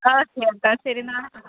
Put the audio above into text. okay എന്നാൽ ശരി നാളെ കാണാം